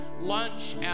lunch